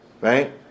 right